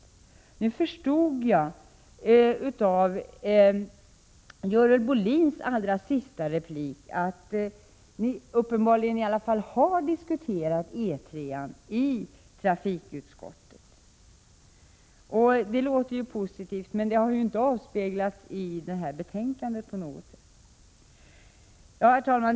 Nu förstod jag av Görel Bohlins allra sista replik att ni i alla fall uppenbarligen har diskuterat E 3-an i trafikutskottet. Det låter ju positivt, men det har ju inte avspeglat sig i betänkandet på något sätt. Herr talman!